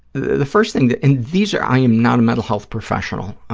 the first thing that, and these are, i am not a mental health professional,